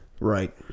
Right